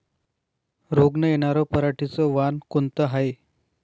रोग न येनार पराटीचं वान कोनतं हाये?